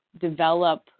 develop